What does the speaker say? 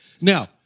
Now